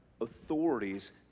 authorities